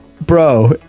bro